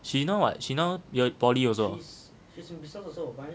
she now what she now year poly also